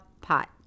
pot